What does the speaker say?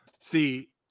See